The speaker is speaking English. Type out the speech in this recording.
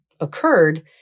occurred